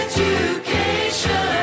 Education